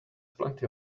plenty